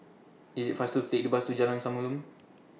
IT IS faster to Take The Bus to Jalan Samulun